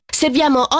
serviamo